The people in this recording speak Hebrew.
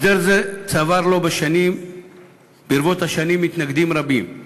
הסדר זה צבר ברבות השנים מתנגדים רבים,